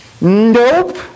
Nope